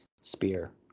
spear